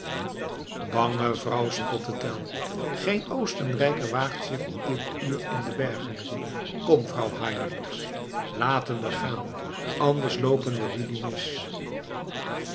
bange vrouw spotte tell geen oostenrijker waagt zich op dit uur in de bergen kom vrouw heinrichs laten we gaan anders loopen we rudi mis